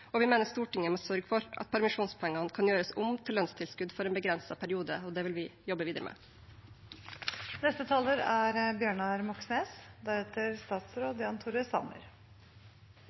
Vi mener Stortinget må sørge for at permisjonspengene kan gjøres om til lønnstilskudd for en begrenset periode, og det vil vi jobbe videre